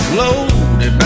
loaded